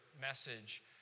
message